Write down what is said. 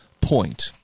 point